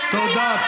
תודה.